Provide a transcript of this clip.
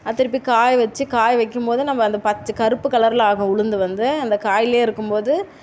அதை திருப்பி காய் வச்சு காய் வைக்கும்போது நம்ம அந்த பச் கருப்பு கலர்ல ஆகும் உளுந்து வந்து அந்த காய்லயே இருக்கும்போது